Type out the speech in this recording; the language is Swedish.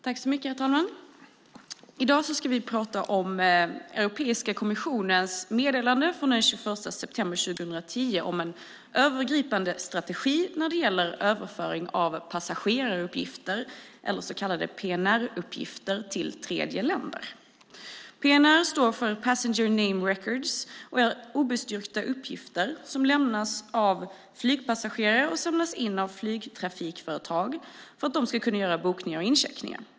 Herr talman! I dag ska vi tala om Europeiska kommissionens meddelande från den 21 september 2010 om en övergripande strategi för överföring av passageraruppgifter, så kallade PNR-uppgifter, till tredjeländer. PNR står för passenger name records och är obestyrkta uppgifter som lämnas av flygpassagerare och som samlas in av flygtrafikföretag för att dessa ska kunna göra bokningar och incheckningar.